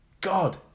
God